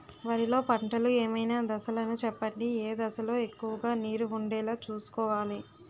వరిలో పంటలు ఏమైన దశ లను చెప్పండి? ఏ దశ లొ ఎక్కువుగా నీరు వుండేలా చుస్కోవలి?